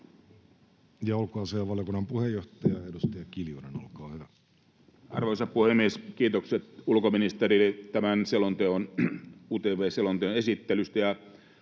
ulkoasiainvaliokunnan puheenjohtaja edustaja Kiljunen, olkaa hyvä. Arvoisa puhemies! Kiitokset ulkoministerille tämän selonteon, UTP-selonteon, esittelystä.